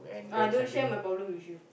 oh I don't share my problem with you